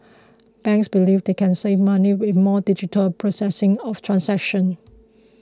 banks believe they can save money with more digital processing of transaction